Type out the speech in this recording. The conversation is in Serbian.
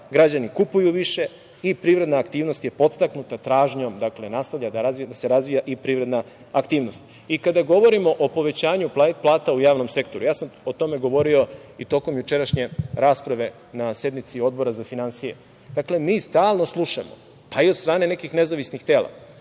Građani kupuju više i privredna aktivnost je podstaknuta tražnjom, nastavlja da se razvija i privredna aktivnost. Kada govorimo o povećanju plata u javnom sektoru, o tome sam govorio i tokom jučerašnje rasprave na sednici Odbora za finansije. Dakle, mi stalno slušamo, pa i od strane nekih nezavisnih tela,